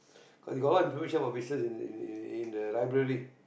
cause they got a lot of information about business in the uh the library